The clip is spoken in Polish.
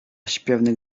śpiewnych